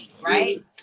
right